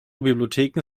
bibliotheken